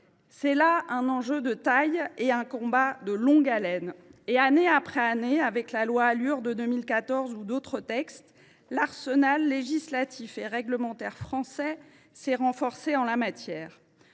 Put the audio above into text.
C’est là un enjeu de taille et un combat de longue haleine. Année après année, avec la loi Alur de 2014 ou d’autres textes, l’arsenal législatif et réglementaire français s’est renforcé en la matière.